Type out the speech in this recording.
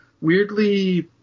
weirdly